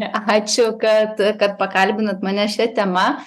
ačiū kad kad pakalbinot mane šia tema